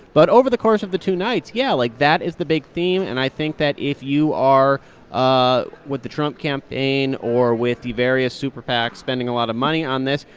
but over the course of the two nights, yeah, like, that is the big theme. and i think that if you are ah with the trump campaign or with the various super pacs spending a lot of money on this,